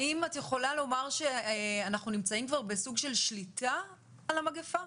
האם את יכולה לומר שאנחנו נמצאים כבר בסוג של שליטה על המגפה?